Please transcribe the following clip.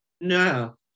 No